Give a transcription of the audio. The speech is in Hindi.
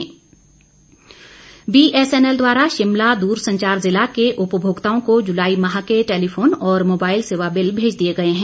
बीएसएनएल बीएसएनएल द्वारा शिमला दूरसंचार जिला के उपमोक्ताओं को जुलाई माह के टेलीफोन और मोबाईल सेवा बिल भेज दिए गए हैं